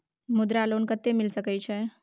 मुद्रा लोन कत्ते मिल सके छै?